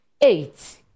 eight